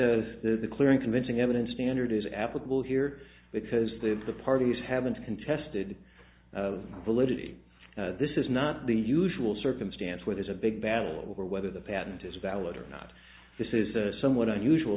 believe that the clear and convincing evidence standard is applicable here because the parties haven't contested the validity this is not the usual circumstance where there's a big battle over whether the patent is valid or not this is a somewhat unusual